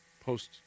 post